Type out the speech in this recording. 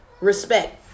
respect